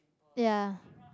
ya